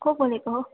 को बोलेको